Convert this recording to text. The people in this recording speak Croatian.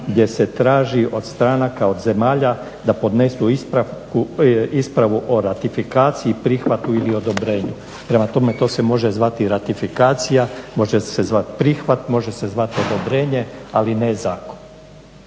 gdje se traži od stranaka, od zemalja da podnesu ispravku o ratifikaciji, prihvatu ili odobrenju. Prema tome to se može zvati ratifikacija, može se zvati prihvat, može se zvati odobrenje, ali ne zakon.